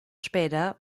später